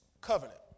covenant